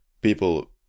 people